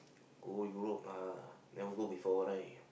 go Europe lah never go before right